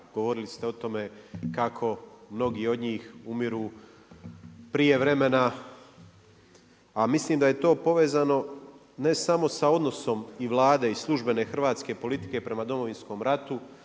govorili ste o tome kako mnogi od njih umiru prije vremena a mislim da je to povezano ne samo sa odnosom i Vlade i službene hrvatske politike prema Domovinskom ratu,